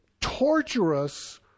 torturous